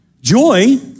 Joy